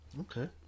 okay